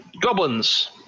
goblins